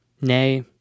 Nay